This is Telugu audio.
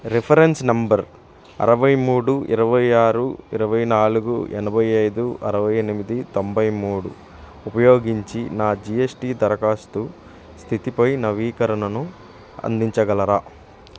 రిఫరెన్స్ నంబర్ అరవై మూడు ఇరవై ఆరు ఇరవై నాలుగు ఎనభై ఐదు అరవై ఎనిమిది తొంభై మూడు ఉపయోగించి నా జిఎస్టి దరఖాస్తు స్థితిపై నవీకరణను అందించగలరా